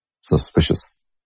Suspicious